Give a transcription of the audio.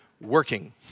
working